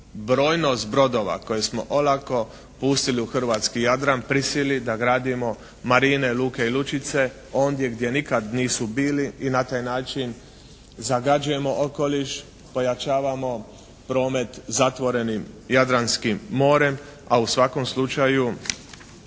brojnost brodova koje smo olako pustili u hrvatski Jadran prisilili da gradimo marine, luke i lučice ondje gdje nikad nisu bili. I na taj zagađujemo okoliš, pojačavamo promet zatvorenim Jadranskim morem, a u svakom slučaju